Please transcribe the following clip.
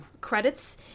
credits